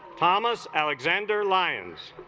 thomas alexander lions